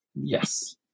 Yes